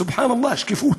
סובחאן אללה, שקיפות.